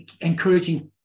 encouraging